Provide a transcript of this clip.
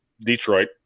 Detroit